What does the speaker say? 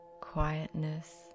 quietness